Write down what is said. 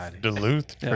Duluth